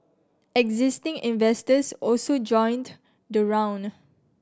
existing investors also joined the round